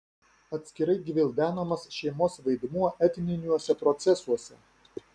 atskirai gvildenamas šeimos vaidmuo etniniuose procesuose